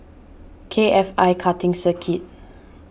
K F I Karting Circuit